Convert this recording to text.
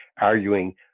arguing